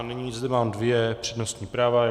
Nyní zde mám dvě přednostní práva.